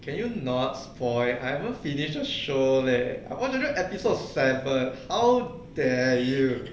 can you not spoilt I haven't finish the show leh I watch until episode seven how dare you